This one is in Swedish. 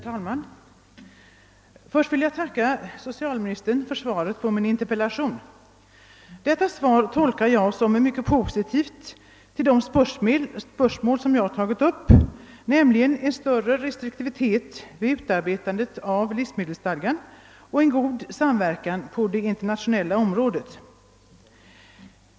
Herr talman! Först vill jag tacka socialministern för svaret på min interpellation. Jag tolkar svaret som mycket positivt till de spörsmål jag tagit upp nämligen en större restriktivitet vid utarbetandet av en ny livsmedelsstadga och en god samverkan på det internationella området.